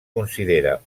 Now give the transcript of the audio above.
considera